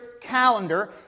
calendar